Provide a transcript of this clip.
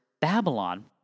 Babylon